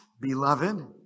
beloved